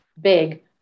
big